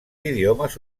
idiomes